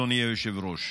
אדוני היושב-ראש.